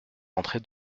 rentrer